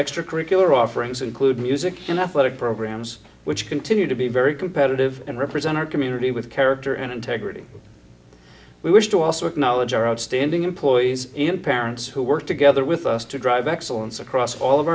extracurricular offerings include music and athletic programs which continue to be very competitive and represent our community with character and integrity we wish to also acknowledge our outstanding employees and parents who work together with us to drive excellence across all of